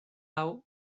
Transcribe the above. hau